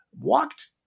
Walked